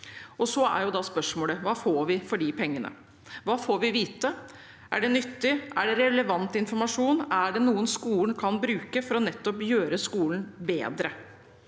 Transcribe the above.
Så er spørsmålet: Hva får vi for de pengene? Hva får vi vite? Er det nyttig, er det relevant informasjon, er det noe skolen kan bruke for å gjøre skolen bedre?